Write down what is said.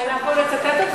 אנחנו נצטט אותך בהעברות.